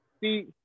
See